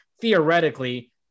theoretically